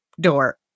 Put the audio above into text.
door